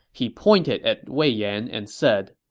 he pointed at wei yan and said,